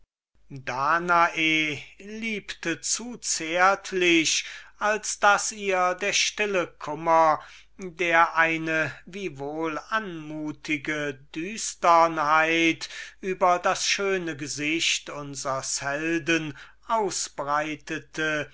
danae liebte zu zärtlich als daß ihr der stille kummer der eine wiewohl anmutige düsternheit über das schöne gesicht unsers helden ausbreitete